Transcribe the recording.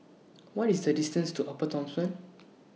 What IS The distance to Upper Thomson